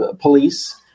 Police